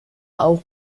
auch